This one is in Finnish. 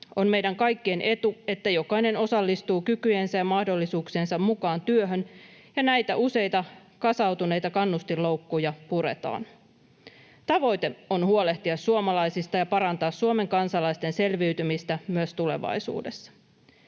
On meidän kaikkien etu, että jokainen osallistuu kykyjensä ja mahdollisuuksiensa mukaan työhön ja näitä useita kasautuneita kannustinloukkuja puretaan. Tavoite on huolehtia suomalaisista ja parantaa Suomen kansalaisten selviytymistä myös tulevaisuudessa.